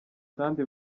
kandi